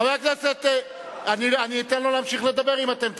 חברי הכנסת, אני אתן לו להמשיך לדבר אם אתם תצעקו.